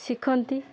ଶିଖନ୍ତି